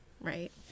Right